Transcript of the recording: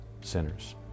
sinners